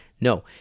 No